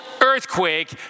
earthquake